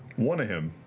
one of him.